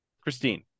Christine